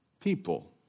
people